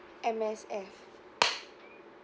M_S_F